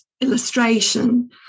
illustration